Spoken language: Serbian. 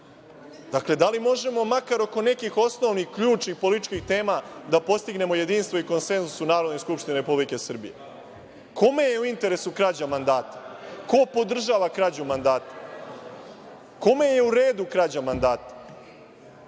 Dakle, da li možemo makar oko nekih osnovnih, ključnih političkih tema da postignemo jedinstvo i konsenzus u Narodnoj skupštini Republike Srbije? Kome je u interesu krađa mandata? Ko podržava krađu mandata? Kome je u redu krađa mandata?